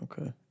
okay